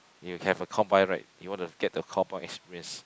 you have a right you want to get the experience